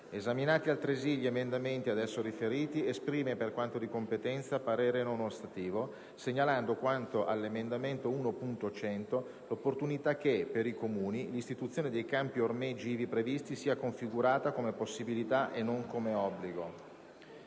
Esaminati altresì gli emendamenti ad esso riferiti, esprime, per quanto di competenza, parere non ostativo, segnalando, quanto all'emendamento 1.100, l'opportunità che, per i comuni, l'istituzione dei campi-ormeggi ivi previsti sia configurata come possibilità e non come obbligo».